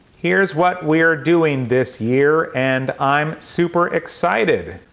here's what we're doing this year and i'm super excited!